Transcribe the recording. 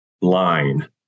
line